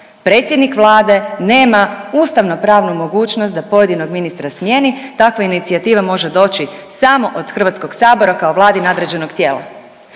predsjednik Vlade nema ustavnopravnu mogućnost da pojedinog ministra smijeni. Takva inicijativa može doći samo od Hrvatskog sabora kao Vladi nadređenog tijela.